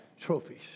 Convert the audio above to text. Trophies